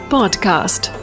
Podcast